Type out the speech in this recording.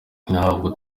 ntabwo